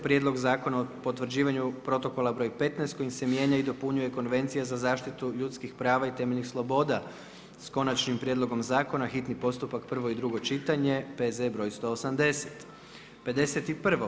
Prijedlog zakona o potvrđivanju Protokola br. 15. kojim se mijenja i dopunjuje konvencija za zaštitu ljudskih prava i temeljnih sloboda s konačnim prijedlogom zakona, hitni postupak, prvo i drugo čitanje, P.Z. br. 180. 51.